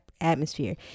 atmosphere